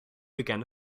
began